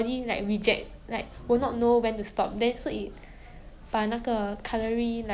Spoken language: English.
ya ya